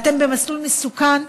אתם במסלול מסוכן.